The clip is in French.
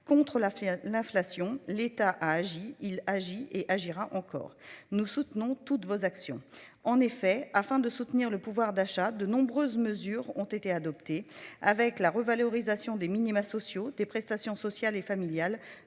fièvre l'inflation. L'État a agi il agit et agira encore nous soutenons toutes vos actions en effet afin de soutenir le pouvoir d'achat, de nombreuses mesures ont été adoptées. Avec la revalorisation des minima sociaux des prestations sociales et familiales,